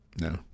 No